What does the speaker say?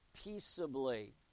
peaceably